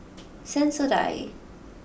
Sensodyne